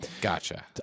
Gotcha